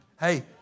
Hey